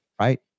right